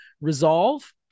resolve